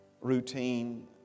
routine